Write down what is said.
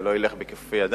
זה לא ילך בכיפוף ידיים.